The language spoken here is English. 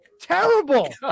Terrible